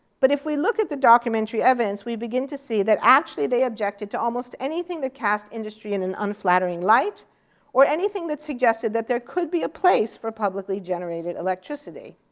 but if we look at the documentary evidence, we begin to see that actually they objected to almost anything the cast industry in an unflattering light or anything that suggested that there could be a place for publicly generated electricity.